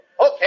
Okay